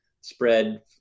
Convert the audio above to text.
spread